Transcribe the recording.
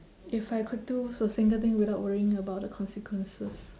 if I could do so single thing without worrying about the consequences